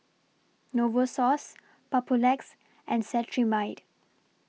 Novosource Papulex and Cetrimide